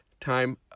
time